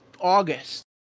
August